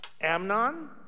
Amnon